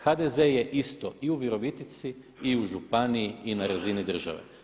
HDZ je isto i u Virovitici i u županiji i na razini države.